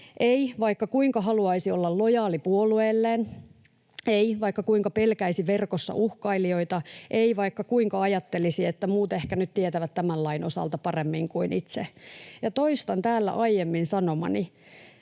ei, vaikka kuinka haluaisi olla lojaali puolueelleen, ei, vaikka kuinka pelkäisi verkossa uhkailijoita, ei, vaikka kuinka ajattelisi, että muut ehkä nyt tietävät tämän lain osalta paremmin kuin itse. Ja toistan täällä aiemmin sanomani: